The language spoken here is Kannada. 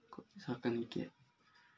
ಕುರಿ ಸಾಕಾಣಿಕೆ